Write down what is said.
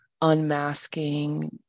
unmasking